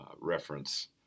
reference